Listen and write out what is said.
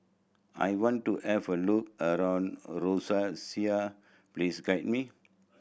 I want to have a look around a Roseau please guide me